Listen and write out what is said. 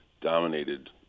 Dominated